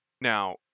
now